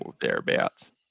thereabouts